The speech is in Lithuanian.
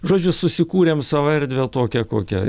žodžiu susikūrėm savo erdvę tokią kokią